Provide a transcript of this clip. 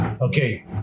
Okay